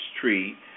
tree